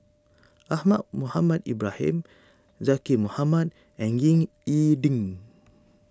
Ahmad Mohamed Ibrahim Zaqy Mohamad and Ying E Ding